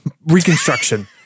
reconstruction